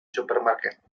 supermarket